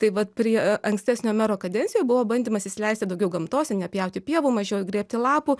tai vat prie ankstesnio mero kadencijoje buvo bandymas įsileisti daugiau gamtos ir nepjauti pievų mažiau grėbti lapų